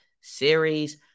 series